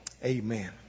Amen